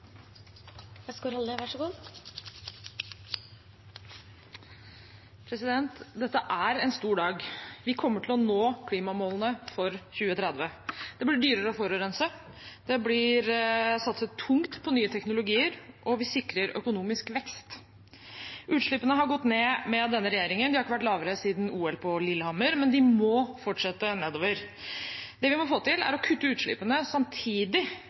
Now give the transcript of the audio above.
en stor dag. Vi kommer til å nå klimamålene for 2030. Det blir dyrere å forurense, det blir satset tungt på nye teknologier, og vi sikrer økonomisk vekst. Utslippene har gått ned med denne regjeringen. De har ikke vært lavere siden OL på Lillehammer, men de må fortsette nedover. Det vi må få til, er å kutte utslippene samtidig